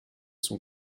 son